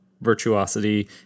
virtuosity